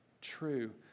true